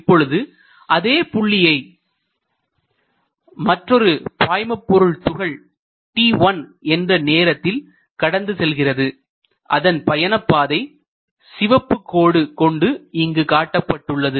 இப்பொழுது அதே புள்ளியை மற்றொரு பாய்மபொருள் துகள் t1 என்ற நேரத்தில் கடந்து செல்கிறது அதன் பயணப் பாதை சிவப்பு கோடு கொண்டு இங்கு காட்டப்பட்டுள்ளது